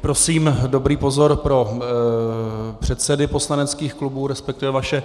Prosím o dobrý pozor pro předsedy poslaneckých klubů, resp. vaše